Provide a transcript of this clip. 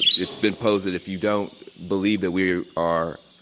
it's been posed that if you don't believe that we are